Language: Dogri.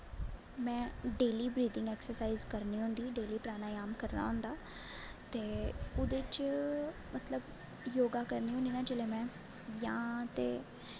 में डेह्ल्ली बरीथिंग ऐक्सर्साईज करनी होंदी डेह्ल्ली प्रानयाम करना होंदा ते ओह्दे च योग करनी होन्नी ना जिसलै में जां तो